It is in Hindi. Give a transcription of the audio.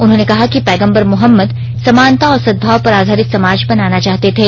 उन्होंने कहा कि पैगम्बर मोहम्मद समानता और सदभाव पर आधारित समाज बनाना चाहते थे